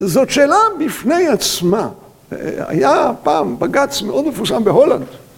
‫זאת שאלה בפני עצמה. ‫היה פעם בגץ מאוד מפורסם בהולנד.